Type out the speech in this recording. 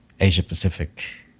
Asia-Pacific